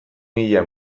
mila